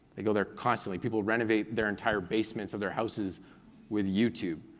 they go there constantly. people renovate their entire basements of their houses with youtube,